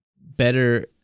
better